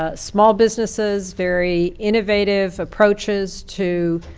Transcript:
ah small businesses, very innovative approaches to